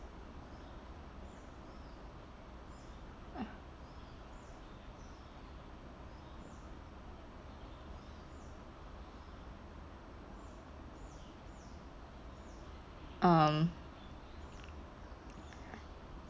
um